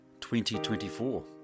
2024